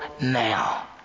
now